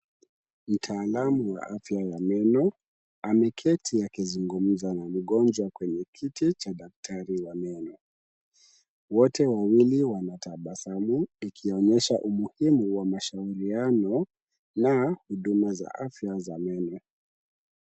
Mtaalamu wa afya ya meno ameketi akizungumza na mgonjwa kwenye kiti cha daktari wa meno. Wote wawili wanatabasamu ikionyesha umuhimu wa mashauriano na huduma za afya za meno.